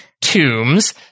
tombs